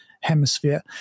hemisphere